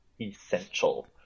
essential